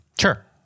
Sure